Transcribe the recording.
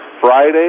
Friday